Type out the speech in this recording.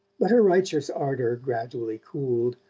but her righteous ardour gradually cooled,